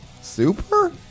Super